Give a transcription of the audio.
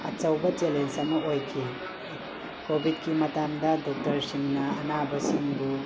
ꯑꯆꯧꯕ ꯆꯦꯂꯦꯟꯁ ꯑꯃ ꯑꯣꯏꯈꯤ ꯀꯣꯕꯤꯠꯀꯤ ꯃꯇꯥꯛꯝꯗꯥ ꯗꯣꯛꯇꯔꯁꯤꯡꯅꯥ ꯑꯅꯥꯕꯁꯤꯡꯕꯨ